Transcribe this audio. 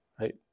right